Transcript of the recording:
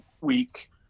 week